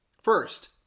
First